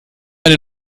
eine